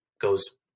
goes